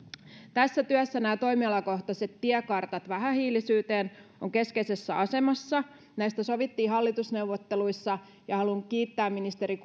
tässä työssä nämä toimialakohtaiset tiekartat vähähiilisyyteen ovat keskeisessä asemassa näistä sovittiin hallitusneuvotteluissa ja haluan kiittää ministeri